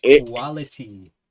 quality